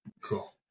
Cool